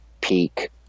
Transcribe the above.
peak